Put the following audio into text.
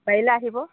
পাৰিলে আহিব